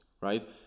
right